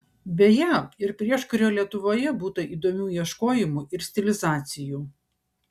beje ir prieškario lietuvoje būta įdomių ieškojimų ir stilizacijų